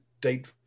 date